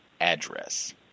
address